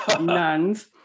nuns